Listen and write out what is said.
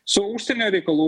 su užsienio reikalų